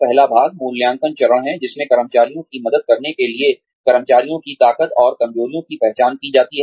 पहला भाग मूल्यांकन चरण है जिसमें कर्मचारियों की मदद करने के लिए कर्मचारियों की ताकत और कमजोरियों की पहचान की जाती है